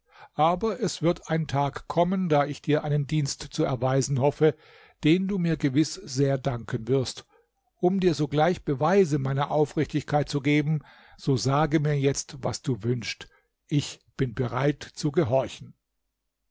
aber es wird ein tag kommen da ich dir einen dienst zu erweisen hoffe den du mir gewiß sehr danken wirst um dir sogleich beweise meiner aufrichtigkeit zu geben so sage mir jetzt was du wünschst ich bin bereit zu gehorchen